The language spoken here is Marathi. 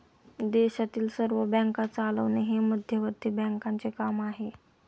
देशातील सर्व बँका चालवणे हे मध्यवर्ती बँकांचे काम आहे